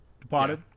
departed